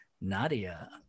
Nadia